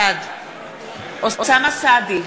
בעד אוסאמה סעדי,